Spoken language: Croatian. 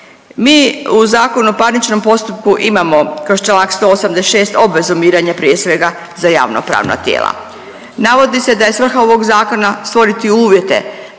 mogu slobodno raspolagati. Mi u ZPP-u kroz čl. 186 obvezu mirenja, prije svega za javnopravna tijela. Navodi se da je svrha ovog Zakona otvoriti uvjete